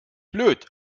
blöd